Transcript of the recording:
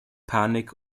panik